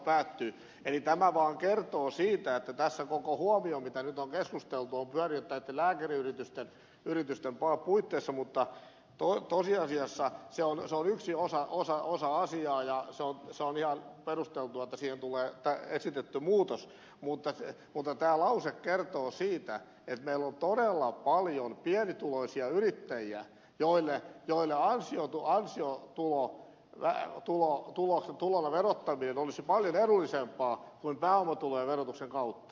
eli tämä vaan kertoo siitä että tässä koko huomio mitä nyt on keskusteltu on pyörinyt näitten lääkäriyritysten puitteissa mutta tosiasiassa se on yksi osa asiaa ja on ihan perusteltua että siihen tulee esitetty muutos mutta tämä lause kertoo siitä että meillä on todella paljon pienituloisia yrittäjiä joille ansiotulona verottaminen olisi paljon edullisempaa kuin pääomatulojen verotuksen kautta